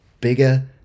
bigger